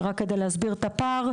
זה רק כדי להסביר את הפער.